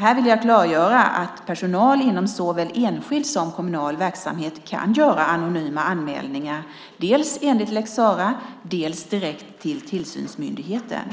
Här vill jag klargöra att personal inom såväl enskild som kommunal verksamhet kan göra anonyma anmälningar dels enligt lex Sarah, dels direkt till tillsynsmyndigheten.